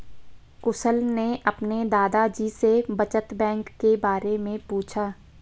कुशल ने अपने दादा जी से बचत बैंक के बारे में पूछा